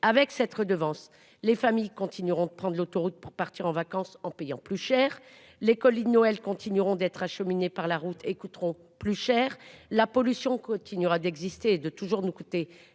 Avec cette redevance. Les familles continueront de prendre l'autoroute pour partir en vacances en payant plus cher les colis de Noël continueront d'être acheminés par la route et coûteront plus cher la pollution continuera d'exister de toujours nous coûter cher